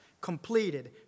completed